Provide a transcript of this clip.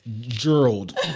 Gerald